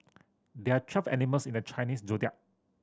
there are twelve animals in the Chinese Zodiac